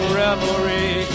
revelry